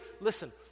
Listen